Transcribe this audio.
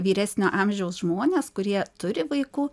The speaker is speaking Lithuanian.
vyresnio amžiaus žmonės kurie turi vaikų